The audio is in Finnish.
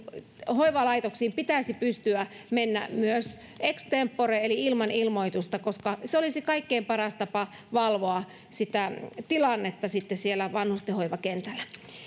hoivalaitoksiin pitäisi pystyä menemään myös ex tempore eli ilman ilmoitusta koska se olisi kaikkein paras tapa valvoa sitä tilannetta siellä vanhusten hoivakentällä